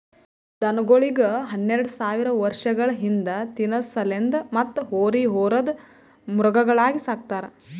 ದನಗೋಳಿಗ್ ಹನ್ನೆರಡ ಸಾವಿರ್ ವರ್ಷಗಳ ಹಿಂದ ತಿನಸಲೆಂದ್ ಮತ್ತ್ ಹೋರಿ ಹೊರದ್ ಮೃಗಗಳಾಗಿ ಸಕ್ತಾರ್